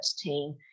team